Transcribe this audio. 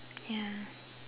ya